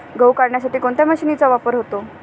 गहू काढण्यासाठी कोणत्या मशीनचा वापर होतो?